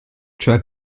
cioè